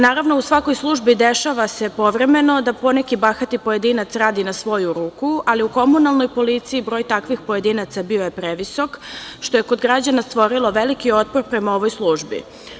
Naravno, u svakoj službi dešava se povremeno da poneke bahati pojedinac radi na svoju ruku, ali u komunalnoj policiji broj takvih pojedinaca bio je previsok što je god građana stvorilo veliki otpor prema ovoj službi.